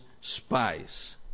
spies